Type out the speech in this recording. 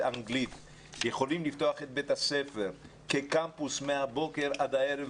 לאנגלית ברחבי הארץ יכול לפתוח את בית הספר כקמפוס מהבוקר עד הערב,